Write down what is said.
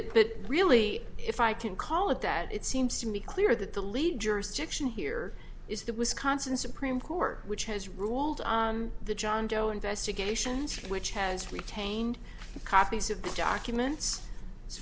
but really if i can call it that it seems to me clear that the lead jurisdiction here is the wisconsin supreme court which has ruled on the jonjo investigations which has retained a copy of the documents as